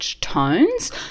Tones